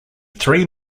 three